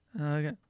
okay